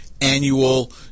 annual